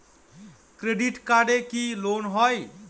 Credit কার্ডে কি loan হয়?